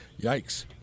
Yikes